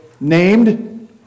named